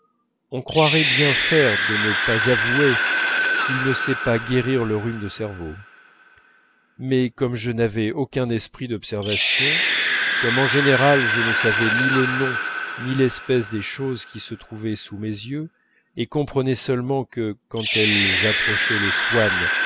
on croirait bien faire de ne pas avouer qu'il ne sait pas guérir le rhume de cerveau mais comme je n'avais aucun esprit d'observation comme en général je ne savais ni le nom ni l'espèce des choses qui se trouvaient sous mes yeux et comprenais seulement que quand elles approchaient les swann